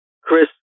Chris